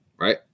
right